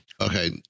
Okay